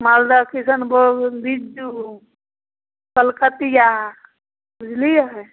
मालदह किसनभोग बिज्जू कलकतिआ बुझलिए